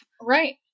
Right